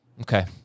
Okay